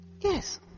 Yes